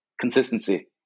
Consistency